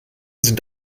sind